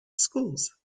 schools